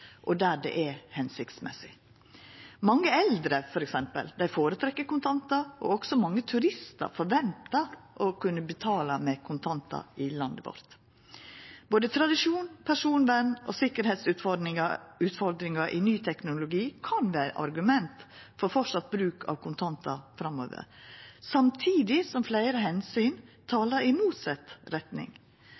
og der det er hensiktsmessig. Mange eldre, f.eks., føretrekkjer kontantar, og også mange turistar forventar å kunna betala med kontantar i landet vårt. Både tradisjon, personvern og sikkerheitsutfordringar i ny teknologi kan vera argument for stadig bruk av kontantar framover, samtidig som fleire omsyn talar i motsett retning.